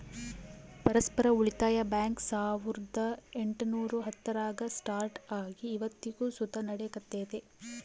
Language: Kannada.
ಪರಸ್ಪರ ಉಳಿತಾಯ ಬ್ಯಾಂಕ್ ಸಾವುರ್ದ ಎಂಟುನೂರ ಹತ್ತರಾಗ ಸ್ಟಾರ್ಟ್ ಆಗಿ ಇವತ್ತಿಗೂ ಸುತ ನಡೆಕತ್ತೆತೆ